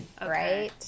right